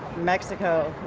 mexico.